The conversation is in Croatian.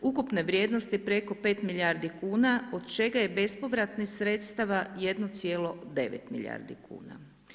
ukupne vrijednosti preko 5 milijardi kuna od čega je bespovratnih sredstava 1,9 milijardi kuna.